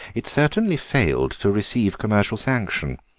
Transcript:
it certainly failed to receive commercial sanction.